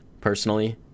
personally